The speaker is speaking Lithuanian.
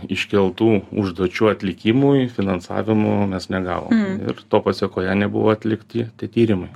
iškeltų užduočių atlikimui finansavimo mes negavom ir to pasekoje nebuvo atlikti tie tyrimai